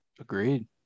Agreed